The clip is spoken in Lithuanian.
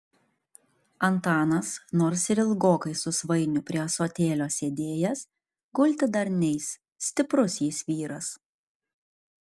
antanas nors ir ilgokai su svainiu prie ąsotėlio sėdėjęs gulti dar neis stiprus jis vyras